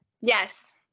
Yes